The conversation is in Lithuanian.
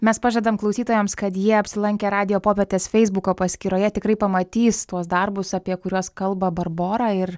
mes pažadam klausytojams kad jie apsilankę radijo popietės feisbuko paskyroje tikrai pamatys tuos darbus apie kuriuos kalba barbora ir